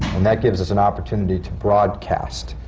and that gives us an opportunity to broad-cast.